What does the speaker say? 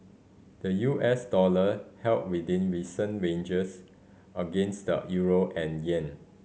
the U S dollar held within recent ranges against the euro and yen